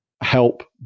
help